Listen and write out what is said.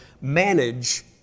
manage